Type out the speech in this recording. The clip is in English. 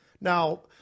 Now